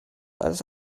als